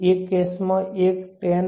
એક કેસમાં એક 10